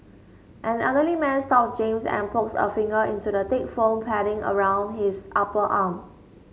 an elderly man stops James and pokes a finger into the thick foam padding around his upper arm